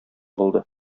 булды